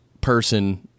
person